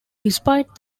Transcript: despite